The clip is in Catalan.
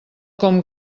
com